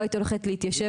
לא הייתי הולכת להתיישב,